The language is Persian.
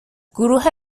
گروه